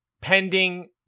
Pending